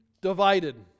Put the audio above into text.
divided